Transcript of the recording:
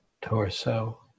torso